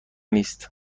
نیست